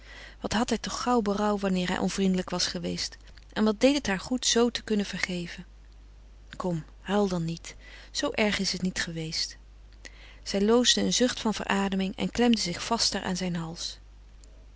wat had hij toch gauw berouw wanneer hij onvriendelijk was geweest en wat deed het haar goed zoo te kunnen vergeven kom huil dan niet zoo erg is het niet geweest zij loosde een zucht van verademing en klemde zich vaster aan zijn hals